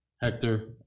Hector